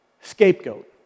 scapegoat